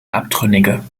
abtrünnige